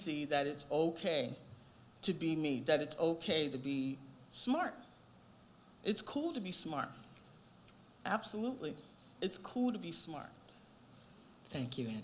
see that it's ok to be me that it's ok to be smart it's cool to be smart absolutely it's cool to be smart thank you